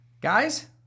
Guys